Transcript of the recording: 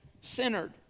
centered